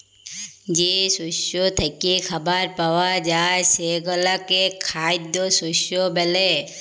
যে শস্য থ্যাইকে খাবার পাউয়া যায় সেগলাকে খাইদ্য শস্য ব্যলে